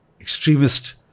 extremist